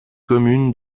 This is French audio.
communes